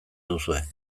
duzue